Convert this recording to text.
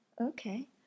Okay